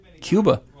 cuba